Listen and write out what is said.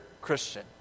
Christian